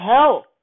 hell